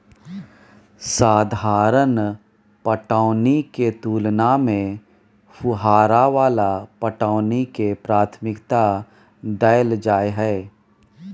साधारण पटौनी के तुलना में फुहारा वाला पटौनी के प्राथमिकता दैल जाय हय